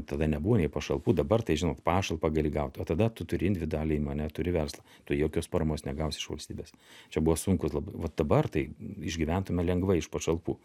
tada nebuvo nei pašalpų dabar tai žinot pašalpą gali gaut o tada tu turi individualią įmonę turi verslą tu jokios paramos negausi iš valstybės čia buvo sunkūs labai va dabar tai išgyventume lengvai iš pašalpų